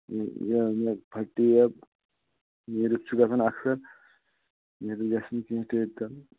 یہِ یہِ نہَ پھٹہِ ٹیب نیٖرِتھ چھُ گَژھان اکژ نیٖرِتھ گَژھِ نہٕ کیٚنٛہہ ٹیٚبہِ تَل